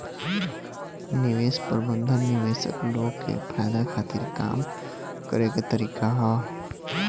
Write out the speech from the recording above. निवेश प्रबंधन निवेशक लोग के फायदा खातिर काम करे के तरीका ह